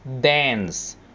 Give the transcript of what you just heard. dance